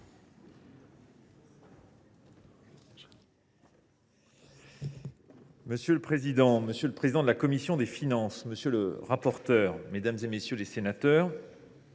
Monsieur le président, monsieur le président de la commission des finances, monsieur le rapporteur, mesdames, messieurs les sénateurs,